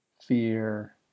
fear